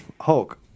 Hulk